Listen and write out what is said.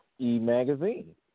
e-magazine